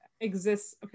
exists